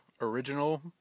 original